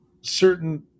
certain